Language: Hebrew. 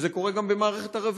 וזה קורה גם במערכת הרווחה.